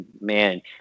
man